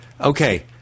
Okay